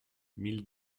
mille